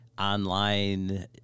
online